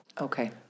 Okay